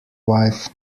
wife